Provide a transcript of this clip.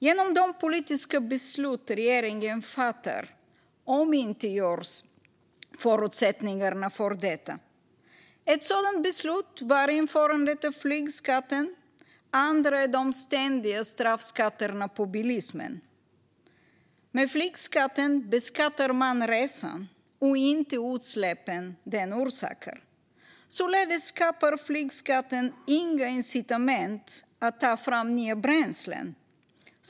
Genom de politiska beslut som regeringen fattar omintetgörs förutsättningarna för detta. Ett sådant beslut var införandet av flygskatten, andra är de ständiga straffskatterna på bilismen. Med flygskatten beskattar man resan och inte utsläppen som den orsakar. Således skapar flygskatten inga incitament att ta fram nya bränslen.